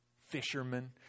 Fishermen